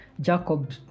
Jacob